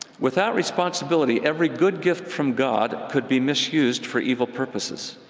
without responsibility, every good gift from god could be misused for evil purposes.